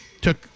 took